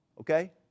Okay